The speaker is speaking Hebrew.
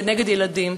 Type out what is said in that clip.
ונגד ילדים.